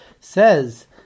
says